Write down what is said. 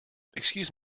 excuse